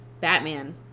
Batman